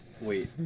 Wait